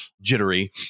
jittery